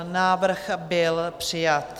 Návrh byl přijat.